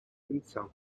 insult